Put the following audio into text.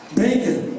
bacon